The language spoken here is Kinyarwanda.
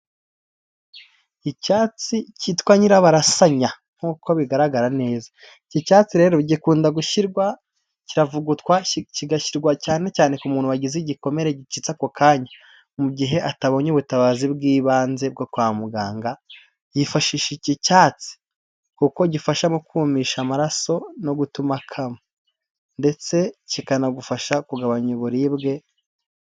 Icyatsi cyitwa nyirabarasanya nkuko bigaragara neza, iki cyatsi rero gikunda gushyirwa, kiravugutwa kigashyirwa cyane cyane ku muntu wagize igikomere gicitse ako kanya. Mu gihe atabonye ubutabazi bw'ibanze bwo kwa muganga yifashisha iki cyatsi kuko gifasha mu kumisha amaraso no gutuma kama ndetse kikanagufasha kugabanya uburibwe.